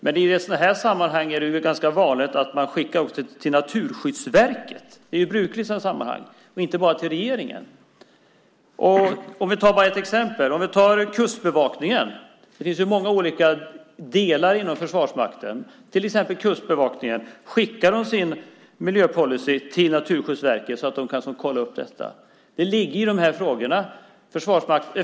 Men i sådana här sammanhang är det ganska vanligt att återrapportera också till Naturvårdsverket - det är faktiskt brukligt i sådana här sammanhang - och inte bara till regeringen. Det finns många olika delar inom Försvarsmakten, och ett exempel är Kustbevakningen. Skickar Kustbevakningen sin miljöpolicy till Naturvårdsverket så att de kan kolla detta? Det ligger i de här frågorna.